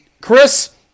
Chris